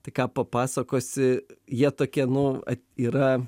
tai ką papasakosi jie tokie nu yra